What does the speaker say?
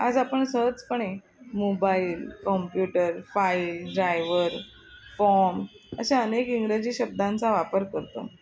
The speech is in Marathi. आज आपण सहजपणे mobile computer file driver form अशा अनेक इंग्रजी शब्दांचा वापर करतो